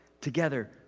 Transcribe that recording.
together